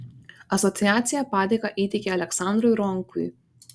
asociacija padėką įteikė aleksandrui ronkui